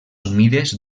humides